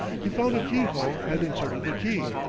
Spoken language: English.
he found a keyhole and inserted the key.